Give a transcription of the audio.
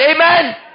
Amen